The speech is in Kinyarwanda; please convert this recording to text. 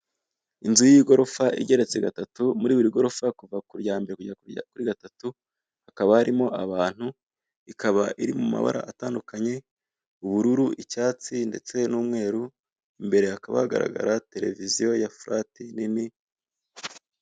Inzu y'igorofa igeretse gatatu muri buri gorofa kuva ku yambere kugera kuri gatatu hakaba harimo abantu ikaba iri mu mabara atandukanye ubururu, icyatsi ndetse n'umweru imbere hakaba hagaragara televiziyo ya furati nini.